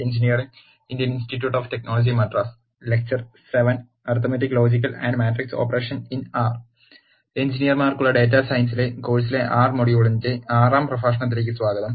എഞ്ചിനീയർമാർക്കുള്ള data science കോഴ്സിലെ R മൊഡ്യൂളിന്റെ 6 ാം പ്രഭാഷണത്തിലേക്ക് സ്വാഗതം